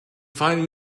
find